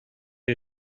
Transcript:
you